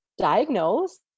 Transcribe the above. diagnose